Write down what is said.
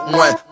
one